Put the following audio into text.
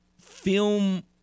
film –